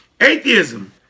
Atheism